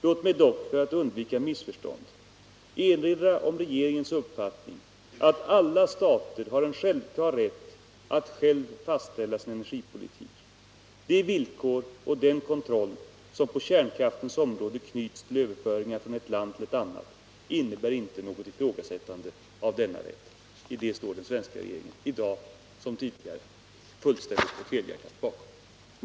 Låt mig dock, för att undvika missförstånd, erinra om regeringens uppfattning att alla stater har en självklar rätt att själva fastställa sin energipolitik. De villkor och den kontroll som på kärnkraftens område knyts till överföringar från ett land till ett annat innebär inte något ifrågasättande av denna rätt.” Den svenska regeringen står i dag som tidigare fullständigt och helhjärtat bakom detta.